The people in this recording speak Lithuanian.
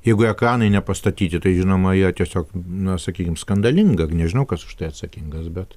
jeigu ekranai nepastatyti tai žinoma yra tiesiog na sakykim skandalinga nežinau kas už tai atsakingas bet